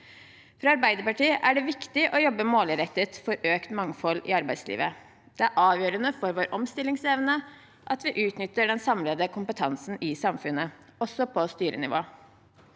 For Arbeiderpartiet er det viktig å jobbe målrettet for økt mangfold i arbeidslivet. Det er avgjørende for vår omstillingsevne at vi utnytter den samlede kompetansen i samfunnet – også på styrenivå.